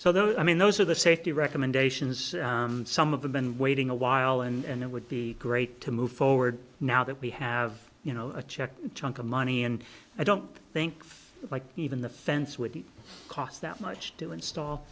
so those i mean those are the safety recommendations some of them been waiting a while and it would be great to move forward now that we have you know a check chunk of money and i don't think like even the fence would cost that much to install